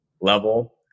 level